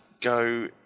go